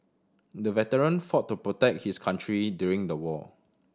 the veteran fought to protect his country during the war